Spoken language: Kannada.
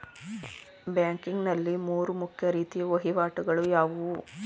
ಬ್ಯಾಂಕಿಂಗ್ ನಲ್ಲಿ ಮೂರು ಮುಖ್ಯ ರೀತಿಯ ವಹಿವಾಟುಗಳು ಯಾವುವು?